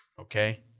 Okay